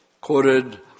quoted